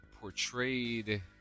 portrayed